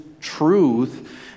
truth